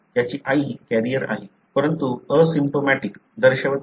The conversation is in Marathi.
त्याची आई कॅरियर आहे परंतु असिम्प्टोमॅटिक दर्शवत नाही